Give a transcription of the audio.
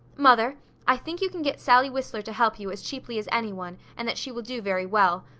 mother i think you can get sally whistler to help you as cheaply as any one and that she will do very well.